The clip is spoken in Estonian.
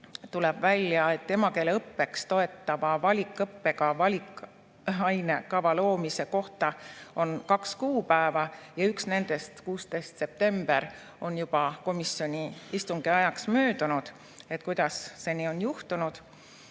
tuleb välja, et emakeeleõppeks toetava valikõppega valikainekava loomise kohta on kaks kuupäeva ja üks nendest, 16. september, on juba komisjoni istungi ajaks möödunud. Kuidas see nii on juhtunud?